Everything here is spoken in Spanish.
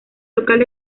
local